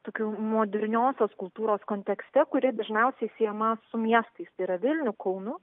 tokių moderniosios kultūros kontekste kuri dažniausiai siejama su miestais tai yra vilniu kaunu